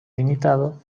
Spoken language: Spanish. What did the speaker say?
limitado